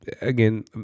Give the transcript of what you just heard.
again